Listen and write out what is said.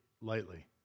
lightly